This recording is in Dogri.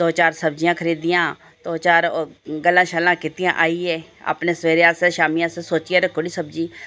दो चार सब्जियां खरीदियां दो चार गल्लां शल्लां कीतियां आई गे अपने सवेरे आस्तै शामीं आस्तै सोचियै रक्खी ओड़ी सब्जी